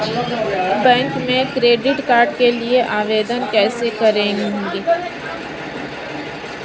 Bank में credit card के लिए आवेदन कैसे करें?